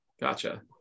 Gotcha